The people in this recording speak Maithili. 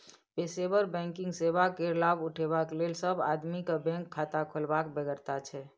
पेशेवर बैंकिंग सेवा केर लाभ उठेबाक लेल सब आदमी केँ बैंक खाता खोलबाक बेगरता छै